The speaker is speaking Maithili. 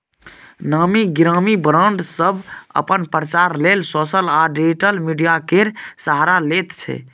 नामी गिरामी ब्राँड सब अपन प्रचार लेल सोशल आ डिजिटल मीडिया केर सहारा लैत छै